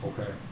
Okay